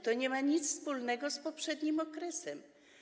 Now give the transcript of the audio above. To nie ma nic wspólnego z poprzednim okresem.